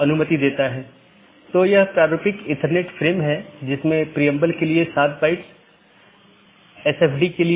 वर्तमान में BGP का लोकप्रिय संस्करण BGP4 है जो कि एक IETF मानक प्रोटोकॉल है